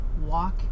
walk